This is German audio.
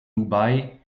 dubai